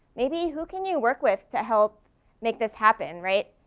maybe who can you work with to help make this happen, right?